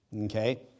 Okay